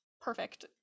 perfect